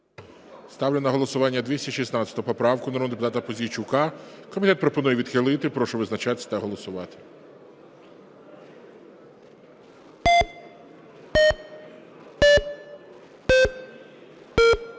Ставлю на голосування 216 поправку, народного депутата Пузійчука. Комітет пропонує відхилити. Прошу визначатись та голосувати.